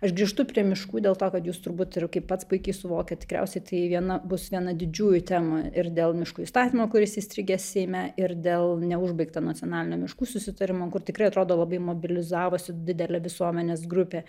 aš grįžtu prie miškų dėl to kad jūs turbūt ir kaip pats puikiai suvokiat tikriausiai tai viena bus viena didžiųjų temų ir dėl miškų įstatymo kuris įstrigęs seime ir dėl neužbaigto nacionalinio miškų susitarimo kur tikrai atrodo labai mobilizavosi didelė visuomenės grupė